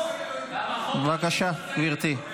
בבקשה, גברתי.